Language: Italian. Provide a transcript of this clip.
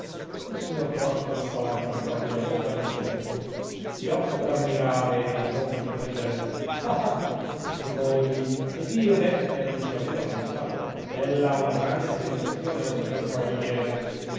il signor prospero spalancò gli occhi e la bocca ad un tempo gli occhi per ammirare e la bocca per ridere ah ah esclamò egli ed io bestia non ci aveva pensato ella ha una grande penetrazione signor cavaliere